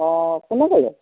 অ কোনে ক'লে